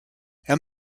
and